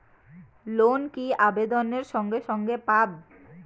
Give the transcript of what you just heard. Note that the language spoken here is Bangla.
লোন কি আবেদনের সঙ্গে সঙ্গে পাব?